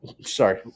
sorry